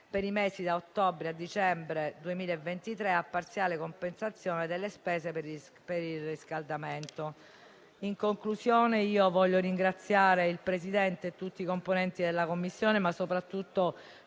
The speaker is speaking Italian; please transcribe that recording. per i mesi da ottobre a dicembre 2023 a parziale compensazione delle spese per il riscaldamento. In conclusione, vorrei ringraziare il Presidente e tutti i componenti della 10a Commissione, ma soprattutto